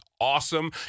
awesome